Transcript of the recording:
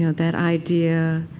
that idea